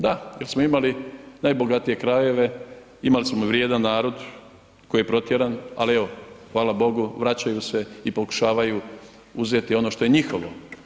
Da, jer smo imali najbogatije krajeve, imali smo vrijedan koji je protjeran ali evo, hvala bogu, vraćaju se i pokušavaju uzeti ono što je njihovo.